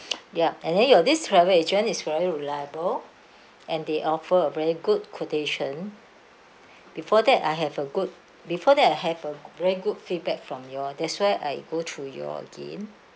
ya and then your this travel agent is really reliable and they offer a very good quotation before that I have a good before that I have a very good feedback from you all that's why I go through you all again